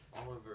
Oliver